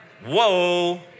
whoa